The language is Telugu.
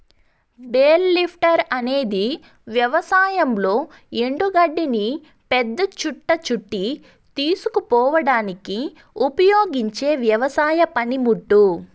బేల్ లిఫ్టర్ అనేది వ్యవసాయంలో ఎండు గడ్డిని పెద్ద చుట్ట చుట్టి తీసుకుపోవడానికి ఉపయోగించే వ్యవసాయ పనిముట్టు